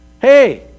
Hey